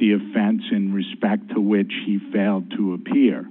the offense in respect to which he failed to appear